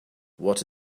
what